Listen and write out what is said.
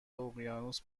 اقیانوس